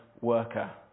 worker